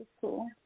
cool